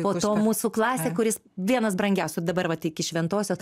po to mūsų klasė kuris vienas brangiausių dabar vat iki šventosios